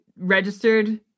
registered